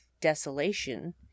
desolation